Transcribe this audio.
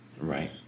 Right